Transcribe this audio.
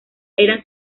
eran